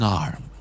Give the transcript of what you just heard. arm